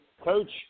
Coach